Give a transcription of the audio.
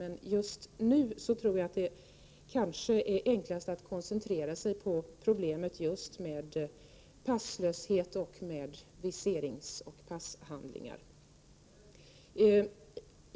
Men just nu tror jag att det kanske är enklast att koncentrera sig på problemet med passlöshet och viseringsoch passhandlingar.